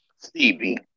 Stevie